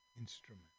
instrument